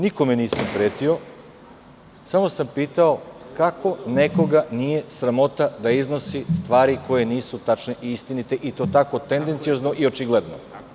Nikome nisam pretio, samo sam pitao kako nekoga nije sramota da iznosi stvari koje nisu tačne i istinite, i to tako tendenciozno i očigledno?